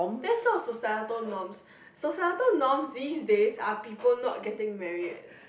that's not societal norms societal norms is there's people not getting married